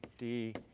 d,